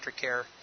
care